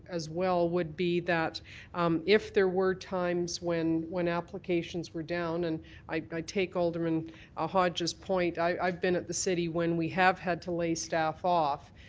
as well, would be that if there were times when when applications were down, and i take alderman ah hodges' point, i've been at the city when we have had to lay staff off,